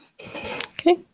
Okay